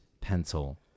pencil